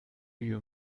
you